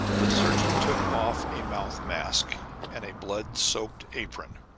the surgeon took off a mouth mask and a blood-soaked apron,